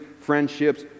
friendships